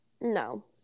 No